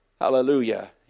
hallelujah